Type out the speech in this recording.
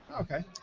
Okay